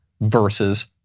versus